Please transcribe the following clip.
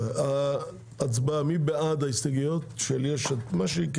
מי בעד ההסתייגויות של יש עתיד?